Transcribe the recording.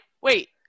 wait